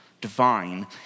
divine